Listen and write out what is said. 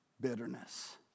bitterness